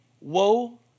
Woe